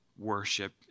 Worship